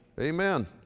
Amen